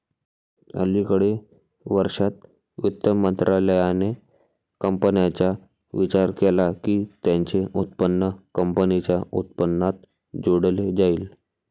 अलिकडे वर्षांत, वित्त मंत्रालयाने कंपन्यांचा विचार केला की त्यांचे उत्पन्न कंपनीच्या उत्पन्नात जोडले जाईल